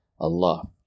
Allah